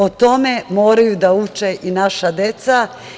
O tome moraju da uče i naša deca.